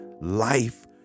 Life